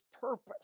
purpose